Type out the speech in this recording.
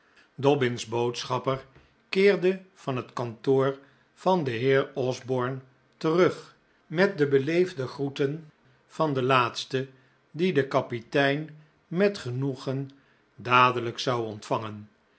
dobbin's boodschapper keerde van het kantoor van den heer osborne terug met de beleefde groeten van den laatste die den kapitein met genoegen dadelijk zou ontvangen